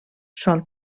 sol